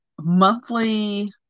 monthly